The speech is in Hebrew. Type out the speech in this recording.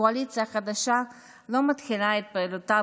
הקואליציה החדשה לא מתחילה את פעילותה